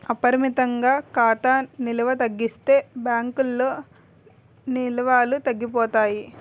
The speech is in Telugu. అపరిమితంగా ఖాతా నిల్వ తగ్గించేస్తే బ్యాంకుల్లో నిల్వలు తగ్గిపోతాయి